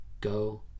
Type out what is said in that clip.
go